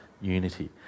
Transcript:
unity